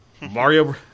Mario